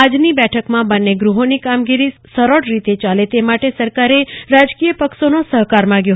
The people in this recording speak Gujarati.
આજની બેઠકમાં બંને ગૃહોની કામગીરી સરળ રીતે ચાલે તે માટે સરકાર રાજકીય પક્ષોનો સહકાર માંગશે